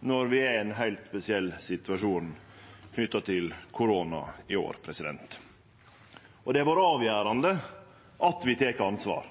når vi i år er i ein heilt spesiell situasjon knytt til korona. Og det har vore